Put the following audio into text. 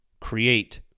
create